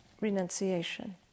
renunciation